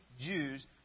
Jews